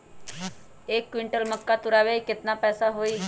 एक क्विंटल मक्का तुरावे के केतना पैसा होई?